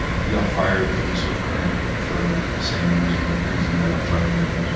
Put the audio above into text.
he got fired from swift current for the same reason reason he got fired in,